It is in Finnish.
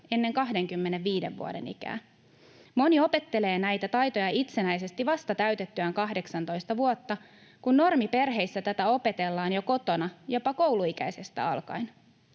ennen 25 vuoden ikää. Moni opettelee näitä taitoja itsenäisesti vasta täytettyään 18 vuotta, kun normiperheissä tätä opetellaan jo kotona, jopa kouluikäisestä alkaen.